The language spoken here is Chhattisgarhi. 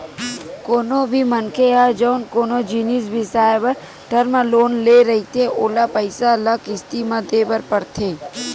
कोनो भी मनखे ह जउन कोनो जिनिस बिसाए बर टर्म लोन ले रहिथे ओला पइसा ल किस्ती म देय बर परथे